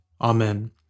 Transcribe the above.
Amen